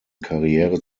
karriere